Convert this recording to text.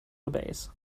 obeys